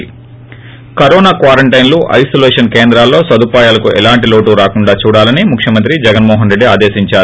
ి కరోన క్వారంటైన్లు ఐనోలేషన్ కేంద్రాల్లో సదుపాయాలకు ఎలాంటి లోటు రాకుండ చూడాలని ముఖ్వమంత్రి జగన్మోహన్రెడ్డి ఆదేశించారు